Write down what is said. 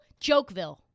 Jokeville